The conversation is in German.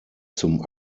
zum